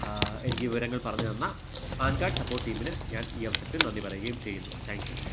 എനിക്ക് വിവരങ്ങൾ പറഞ്ഞ് തന്ന പാൻ കാഡ് സപ്പോട്ട് ടീമിന് ഞാൻ ഈ അവസരത്തിൽ നന്ദി പറയുകയും ചെയ്യുന്നു താങ്ക് യു